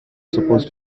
supposed